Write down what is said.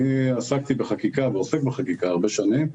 ואני עסקתי ועוסק בחקיקה הרבה שנים,